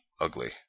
ugly